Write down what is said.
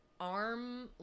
arm